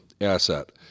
asset